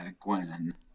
Gwen